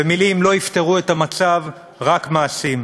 ומילים לא יפתרו את המצב, רק מעשים.